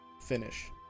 finish